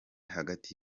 hagati